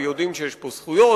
ויודעים שיש פה זכויות,